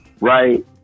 Right